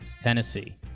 Tennessee